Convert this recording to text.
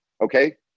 Okay